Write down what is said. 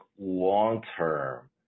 long-term